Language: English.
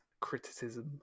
criticism